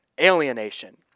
alienation